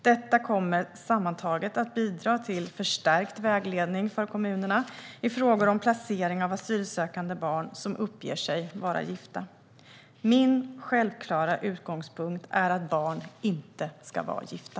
Detta kommer sammantaget att bidra till förstärkt vägledning för kommunerna i frågor om placering av asylsökande barn som uppger sig vara gifta. Min självklara utgångspunkt är att barn inte ska vara gifta.